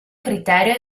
criterio